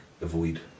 avoid